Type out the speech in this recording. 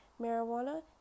marijuana